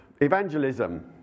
evangelism